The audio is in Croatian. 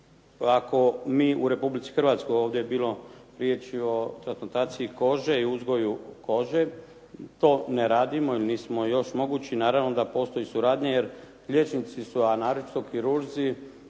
ako mi u Republici Hrvatskoj, ovdje je bilo riječi o transplantaciji kože i uzgoju kože, to ne radimo jer nismo još mogući. Naravno da postoji suradnja jer liječnici su, a naročito kirurzi